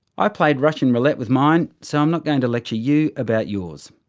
i played russian roulette with mine so i'm not going to lecture you about yours.